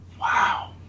wow